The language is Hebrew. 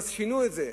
שינו את זה,